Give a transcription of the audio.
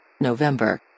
November